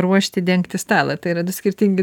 ruošti dengti stalą tai yra du skirtingi